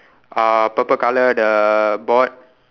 uh purple colour the board